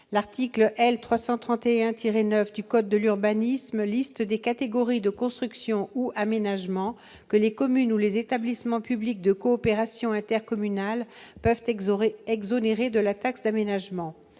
L'article L. 331-9 du code de l'urbanisme liste des catégories de construction ou aménagement que les communes ou les établissements publics de coopération intercommunale peuvent exonérer de la taxe d'aménagement.